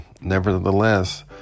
nevertheless